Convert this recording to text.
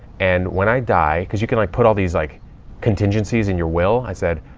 and when i die, cause you can like put all these like contingencies in your will. i said,